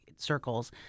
circles